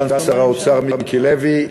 סגן השר מיקי לוי,